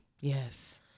Yes